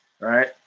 right